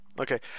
Okay